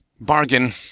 bargain